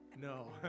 No